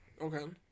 Okay